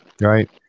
Right